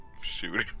shooting